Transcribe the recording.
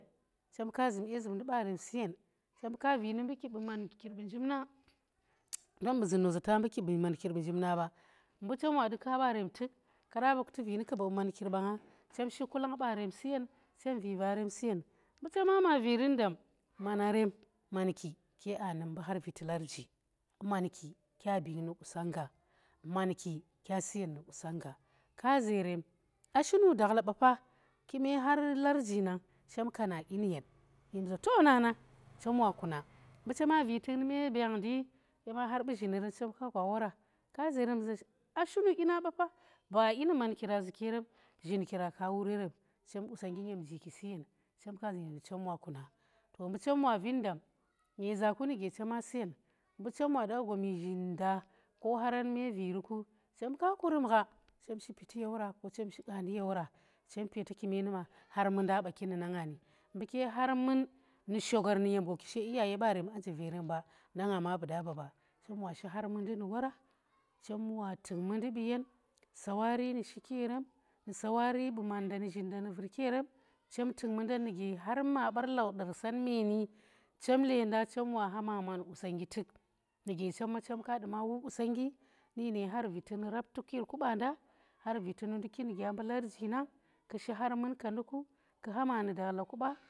chem k zum dye zumndi barem suyen chem ka vi nu mbu kib bu man- kib bu njib nang tom bu zun noza ta mbu kib bu njib na ba mbu chem wa du kaa barem tuk keda ba ku tuvinu mbu kib bu mankir ba nga chem shi kulang barem suyen chem vi vaa suyen mbu chema ma virin daam, manarem manki ke aa num mbu, har viti larji maanki kya binga nu qusongngga manki kya suyen nu qusongnggai ka zerem aa shinu dakhla ba fa kume har larji nang, shem kanadyi nu, yen nyem za yo chem wa kuna, mbu choma vi tuk nu me bengndi yema khar bu zhinerem chem ka gwa wora kazerem za shinu dyina ba fa, ba dyi nu mankira zuki yerem zhinkira ka wu rerem, chem ka zunyem za chemwa kuna, mbu chem wa ven daam nyeza ku nuge chema suyen mbu chem wadu a gwami zhin nda ko haranmeviriku chem ka kurum gha chem shi piti ye wora ko chem shi qaandi ye wora, chem peeta kume numa, har munda baki nu nanga ni, mbu har mun nu shogar nuge chem gwa ki she ɓarem barem aa nje verem ba, nanga ma bu daba ba, chem wa shi har mundi nu wora chem wa tuk mundi buyen isawa ri nu shiki yerem nu shawari bu man nda nu zhaida nu vurki yerem chhem tuk mundan nuge har ma bar laudar san meeni chem leenda chem wa kha ma man qusongnggi tuk, nuge chem me chem ka duma wuu qusongnggi ni ne har vitini nduki nu gya mbu larji nang tu shi har mundi ku ku hama nu dakhla ku ba.